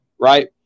right